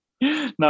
No